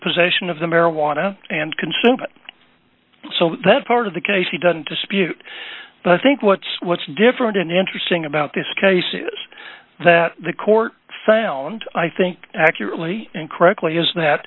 possession of the marijuana and consume it so that part of the case he doesn't dispute but i think what's what's different and interesting about this case is that the court found i think accurately and correctly is that